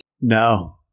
No